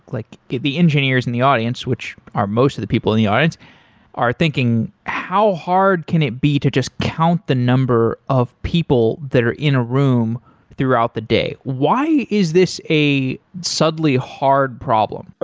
like the the engineers in the audience, which are most of the people in the audience are thinking how hard can it be to just count the number of people that are in a room throughout the day. why is this a sadly hard problem?